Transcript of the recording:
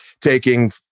taking